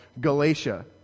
Galatia